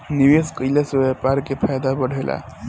निवेश कईला से व्यापार के फायदा बढ़ेला